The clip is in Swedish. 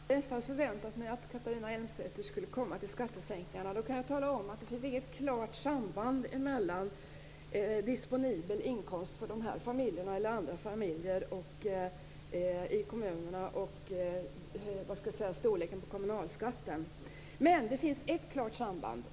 Herr talman! Jag hade nästan förväntat mig att Catharina Elmsäter-Svärd skulle komma till frågan om skattesänkningarna. Jag kan tala om att det inte finns något klart samband mellan disponibel inkomst och storleken på kommunalskatten för de här familjerna eller andra familjer i kommunerna. Men det finns ett klart samband.